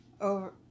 over